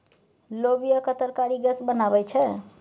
लोबियाक तरकारी गैस बनाबै छै